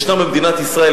ישנם במדינת ישראל,